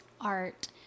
art